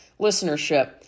listenership